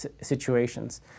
situations